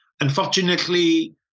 Unfortunately